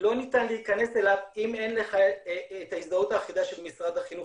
לא ניתן להכנס אליו אם אין לך את ההזדהות האחידה של משרד החינוך